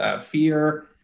fear